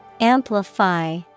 Amplify